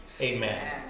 Amen